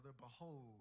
Behold